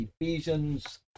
Ephesians